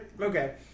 okay